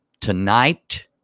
tonight